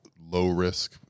low-risk